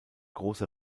große